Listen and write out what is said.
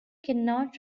cannot